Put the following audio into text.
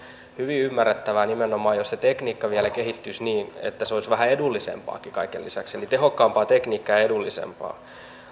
hyvin ymmärrettävää nimenomaan jos se tekniikka vielä kehittyisi niin että se olisi vähän edullisempaakin kaiken lisäksi eli tehokkaampaa ja edullisempaa tekniikkaa